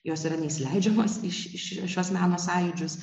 jos yra neįsileidžiamos į į šiuos meno sąjūdžius